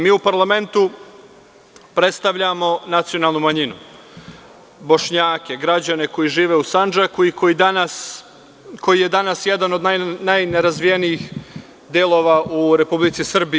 Mi u parlamentu predstavljamo nacionalnu manjinu Bošnjake, građane koji žive u Sandžaku i koji je danas jedan od najnerazvijenih delova u Republici Srbiji.